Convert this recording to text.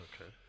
Okay